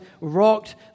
rocked